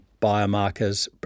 Biomarkers